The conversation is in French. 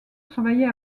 travailler